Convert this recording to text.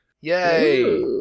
Yay